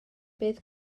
bydd